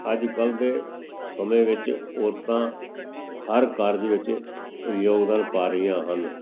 ਅੱਜ ਕੱਲ੍ਹ ਦੇ ਸਮੇਂ ਵਿੱਚ ਔਰਤਾਂ ਹਰ ਕਾਰਜ ਵਿੱਚ ਯੋਗਦਾਨ ਪਾ ਰਹੀਆਂ ਹਨ